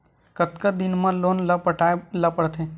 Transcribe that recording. कतका दिन मा लोन ला पटाय ला पढ़ते?